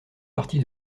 partie